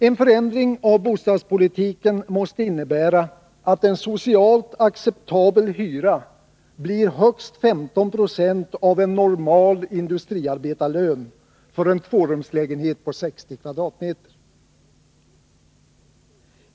En förändring av bostadspolitiken måste innebära att en socialt acceptabel hyra uppgår till högst 15 26 av en normal industriarbetarlön för en tvårumslägenhet på 60 kvadratmeter.